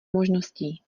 možností